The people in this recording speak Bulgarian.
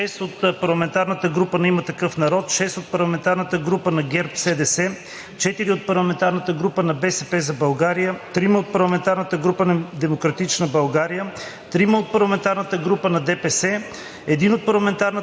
от които 6 от Парламентарната група на „Има такъв народ“, 6 от Парламентарната група на ГЕРБ-СДС, 4 от Парламентарната група на „БСП за България“, 3 от Парламентарната група на „Демократична България", 3 от Парламентарната група на ДПС,